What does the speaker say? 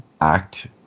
act